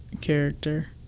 character